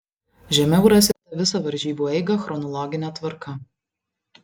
žemiau rasite visą varžybų eigą chronologine tvarka